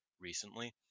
recently